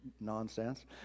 Nonsense